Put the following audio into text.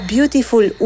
Beautiful